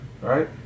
Right